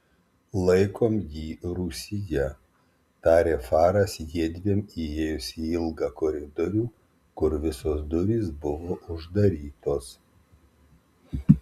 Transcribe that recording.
laikom jį rūsyje tarė faras jiedviem įėjus į ilgą koridorių kur visos durys buvo uždarytos